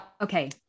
okay